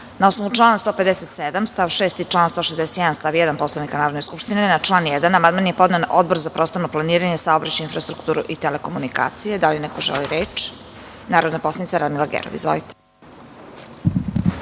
osnovu člana 157. stav 6. i člana 161. stav 1. Poslovnika Narodne skupštine, na član 1. amandman je podneo Odbor za prostorno planiranje, saobraćaj, infrastrukturu i telekomunikacije. Da li neko želi reč? Narodna poslanica Radmila Gerov. Izvolite.